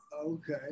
Okay